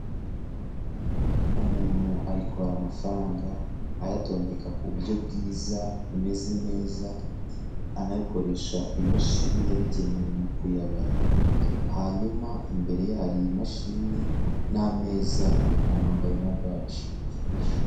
Umuntu ari kubara amafaranga ayatondeka kuburyo bwiza bumeze neza, anabikoresha imashini yabigenewe mu kuyabara, hanyuma imbere hari hari imashini n'ameza, anambaye na baji.